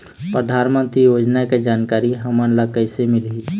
परधानमंतरी योजना के जानकारी हमन ल कइसे मिलही?